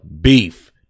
beef